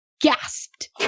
gasped